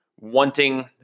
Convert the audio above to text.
wanting